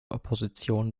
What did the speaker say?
opposition